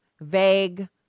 Vague